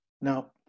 Now